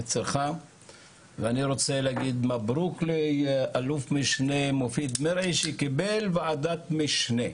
אני רוצה להגיד מזל טוב לאלוף משנה מופיד מרעי שקיבל ועדת משנה.